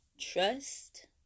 trust